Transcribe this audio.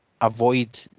avoid